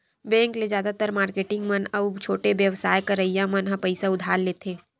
bank ले जादातर marketing मन अउ छोटे बेवसाय करइया मन ह पइसा उधार लेथे